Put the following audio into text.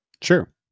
Sure